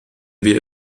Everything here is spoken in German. wir